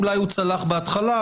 אולי הוא צלח בהתחלה,